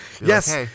yes